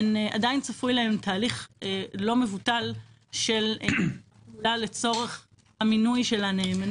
עדיין צפוי להן תהליך לא מבוטל של הפעולה לצורך מינוי הנאמנים.